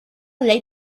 late